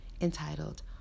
entitled